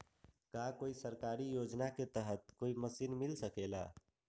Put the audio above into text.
का कोई सरकारी योजना के तहत कोई मशीन मिल सकेला?